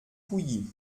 pouilly